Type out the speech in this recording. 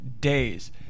days